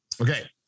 Okay